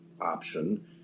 option